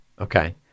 Okay